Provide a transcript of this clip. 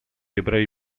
ebrei